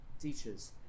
teachers